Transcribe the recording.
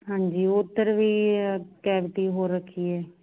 ਹਾਂਜੀ ਉੱਧਰ ਵੀ ਕੈਵਿਟੀ ਹੋ ਰੱਖੀ ਹੈ